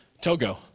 Togo